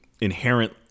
inherent